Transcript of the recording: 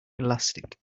elastic